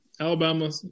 Alabama